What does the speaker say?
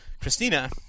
Christina